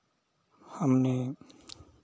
हमने